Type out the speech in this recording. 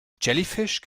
jellyfish